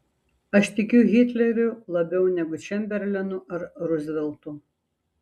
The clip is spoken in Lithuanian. aš tikiu hitleriu labiau negu čemberlenu ar ruzveltu